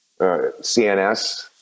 CNS